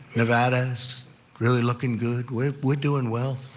nevada is really looking good. we're we're doing well.